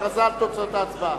הכרזת תוצאות ההצבעה.